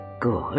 Good